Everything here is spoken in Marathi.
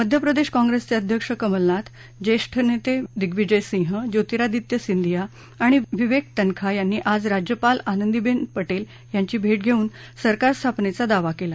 मध्यप्रदेश काँग्रेसचे अध्यक्ष कमलनाथ ज्येष्ठ नेते दिग्विजय सिंग ज्योतीरादित्य सिंधिया आणि विवेक तन्खा यांनी आज राज्यपाल आनंदीबेन पटेल यांची भेट घेऊन सरकार स्थापनेचा दावा केला